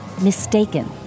Mistaken